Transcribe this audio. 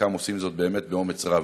וחלקם עושים זאת באמת באומץ רב,